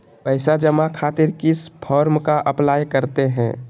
पैसा जमा खातिर किस फॉर्म का अप्लाई करते हैं?